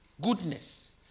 Goodness